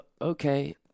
okay